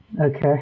Okay